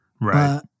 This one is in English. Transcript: Right